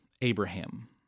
Abraham